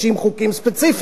הוא גם כן מתנגד להם,